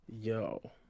Yo